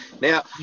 Now